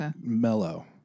mellow